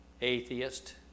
atheist